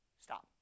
Stop